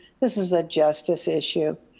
this is a justice issue.